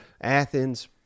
Athens